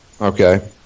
okay